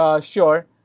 Sure